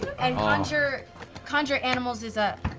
and conjure conjure animals is ah